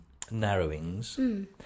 narrowings